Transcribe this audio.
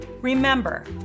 Remember